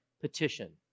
petition